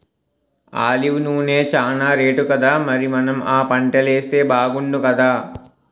olive నూనె చానా రేటుకదా మరి మనం ఆ పంటలేస్తే బాగుణ్ణుకదా